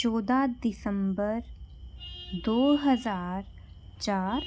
ਚੌਦਾਂ ਦਸੰਬਰ ਦੋ ਹਜ਼ਾਰ ਚਾਰ